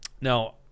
now